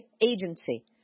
agency